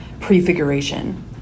prefiguration